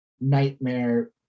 nightmare